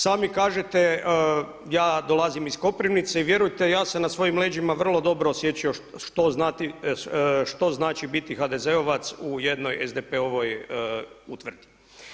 Sami kažete ja dolazim iz Koprivnice i vjerujte ja se na svojim leđima vrlo dobro osjećao što znači biti HDZ-ovac u jednoj SDP-ovoj utvrdi.